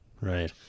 Right